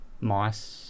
mice